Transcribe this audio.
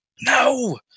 no